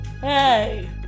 Hey